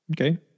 Okay